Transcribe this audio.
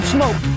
Smoke